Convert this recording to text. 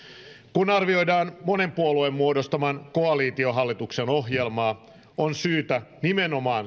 kun arvioidaan monen puolueen muodostaman koalitiohallituksen ohjelmaa on syytä seurata nimenomaan